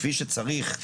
כפי שצריך,